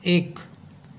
एक